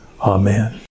Amen